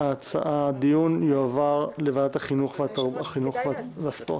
הדיון יועבר לוועדת החינוך, התרבות והספורט.